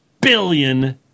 billion